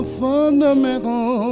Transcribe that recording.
fundamental